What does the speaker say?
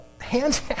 hands